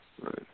right